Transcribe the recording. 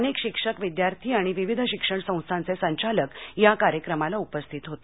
अनेक शिक्षक विद्यार्थी आणि विविध शिक्षण संस्थांचे संचालक या कार्यक्रमाला उपस्थित होते